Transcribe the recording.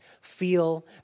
feel